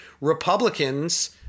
Republicans